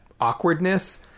awkwardness